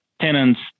tenants